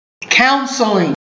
Counseling